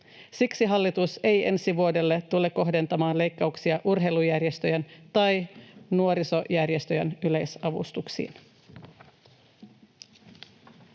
Siksi hallitus ei tule ensi vuodelle kohdentamaan leikkauksia urheilujärjestöjen tai nuorisojärjestöjen yleisavustuksiin.